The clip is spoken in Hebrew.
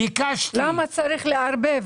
למה צריך לערבב?